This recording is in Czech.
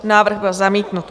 Návrh byl zamítnut.